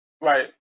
Right